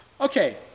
Okay